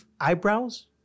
eyebrows